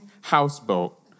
houseboat